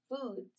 foods